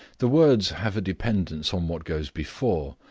the words have a dependence on what goes before,